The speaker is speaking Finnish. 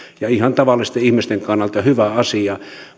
ja ihan tavallisten ihmisten kannalta hyvä asia